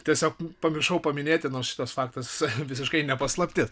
tiesiog pamiršau paminėti nors šitas faktas visiškai ne paslaptis